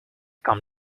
come